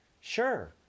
Sure